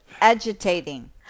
agitating